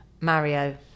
Mario